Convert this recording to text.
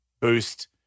boost